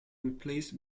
replaced